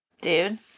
Dude